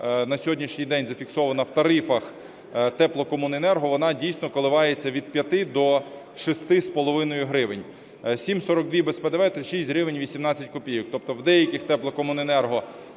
на сьогоднішній день зафіксована в тарифах теплокомуненерго, вона дійсно коливається від 5 до 6,5 гривень. 7,42 без ПДВ – це 6 гривень 18 копійок. Тобто в деяких теплокомуненерго